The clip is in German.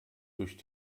durch